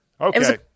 Okay